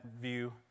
view